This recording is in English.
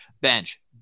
bench